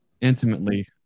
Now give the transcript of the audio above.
intimately